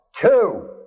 two